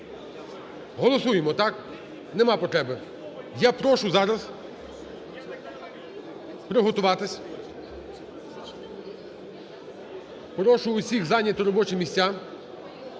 Голосуємо, так? Немає потреби. Я прошу зараз приготуватись. Прошу усіх зайняти робочі місця.